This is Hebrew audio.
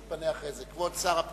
הוא יתפנה אחרי זה, כבוד שר הפנים.